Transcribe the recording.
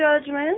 judgment